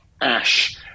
ash